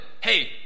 Hey